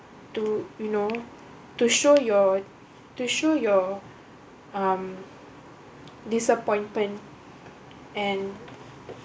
to you know to show your to show your um disappointment and